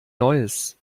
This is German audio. neues